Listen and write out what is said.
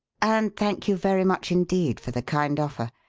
and thank you very much indeed for the kind offer.